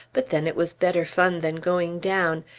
but then it was better fun than going down.